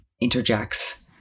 interjects